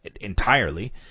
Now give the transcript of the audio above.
entirely